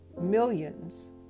millions